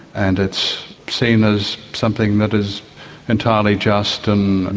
and it's seen as something that is entirely just um and,